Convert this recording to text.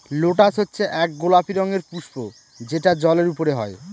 lotus হচ্ছে এক গোলাপি রঙের পুস্প যেটা জলের ওপরে হয়